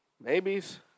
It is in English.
maybes